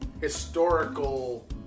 historical